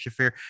Shafir